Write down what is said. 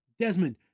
Desmond